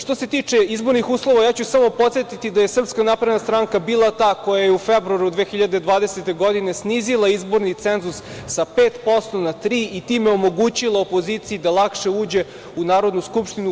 Što se tiče izborni uslova, ja ću samo podsetiti da je SNS bila ta koja je u februaru 2020. godine snizila izborni cenzus sa 5% na 3% i time omogućila opoziciji da lakše uđe u Narodnu skupštinu.